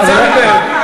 לכלום ושום דבר כמוך.